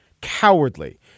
Cowardly